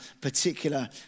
particular